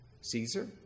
Caesar